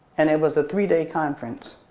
and it was a three day conference.